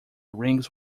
rings